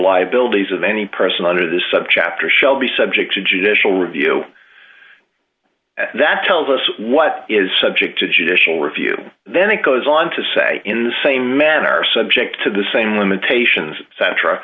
liabilities of any person under the subchapter shall be subject to judicial review that tells us what is subject to judicial review then it goes on to say in the same men are subject to the same limitations centra